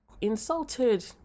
Insulted